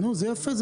זה יפה.